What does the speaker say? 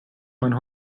meinen